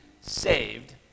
saved